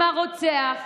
משא ומתן עם הרוצח.